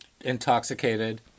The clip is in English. Intoxicated